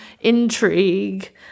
intrigue